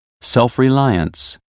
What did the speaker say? Self-Reliance